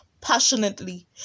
passionately